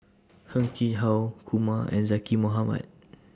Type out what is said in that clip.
Heng Chee How Kumar and Zaqy Mohamad